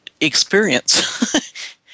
experience